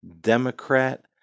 Democrat